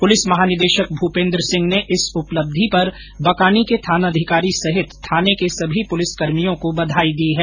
police महानिदेशक भूपेन्द्र सिंह ने इस उपलब्धि पर बकानी के थानाधिकारी सहित थाने के सभी पुलिसकर्मियों को बधाई दी है